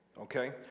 Okay